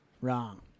Wrong